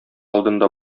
алдында